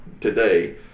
Today